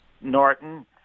Norton